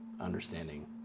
understanding